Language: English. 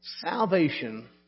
Salvation